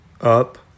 Up